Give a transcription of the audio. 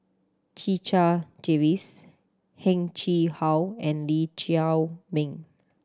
Checha Davies Heng Chee How and Lee Chiaw Meng